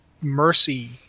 mercy